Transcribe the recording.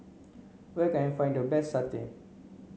where can I find the best satay